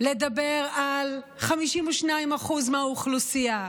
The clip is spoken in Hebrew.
לדבר על 52% מהאוכלוסייה.